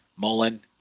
Mullen